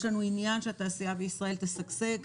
יש לנו עניין שהתעשייה בישראל תשגשג,